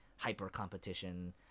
hyper-competition